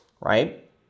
right